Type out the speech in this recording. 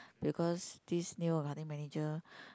because this new accounting manager